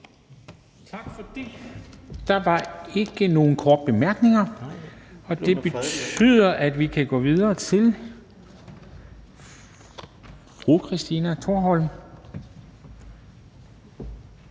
Der er ikke nogen korte bemærkninger, og det betyder, at vi kan gå videre til fru Christina Thorholm,